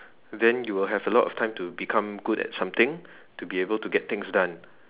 then you will have a lot of time to become good at something to be able to get things done